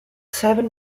seven